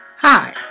Hi